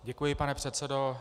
Děkuji, pane předsedo.